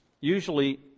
Usually